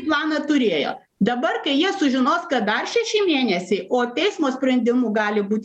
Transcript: planą turėjo dabar kai jie sužinos kad dar šeši mėnesiai o teismo sprendimu gali būt